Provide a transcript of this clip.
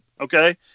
Okay